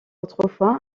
autrefois